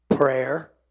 Prayer